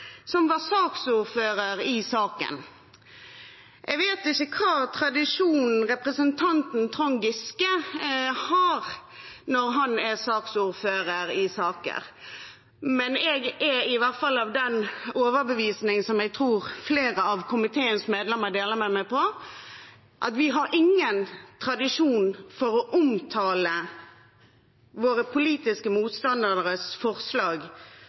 som var saksordfører i saken. Jeg vet ikke hvilken tradisjon representanten Trond Giske har når han er saksordfører i saker, men jeg er i hvert fall av den overbevisning, som jeg tror flere av komiteens medlemmer deler med meg, at vi ikke har noen tradisjon for å omtale våre politiske motstanderes forslag